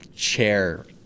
chair